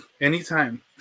anytime